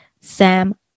Sam